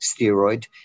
steroid